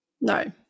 No